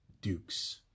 Dukes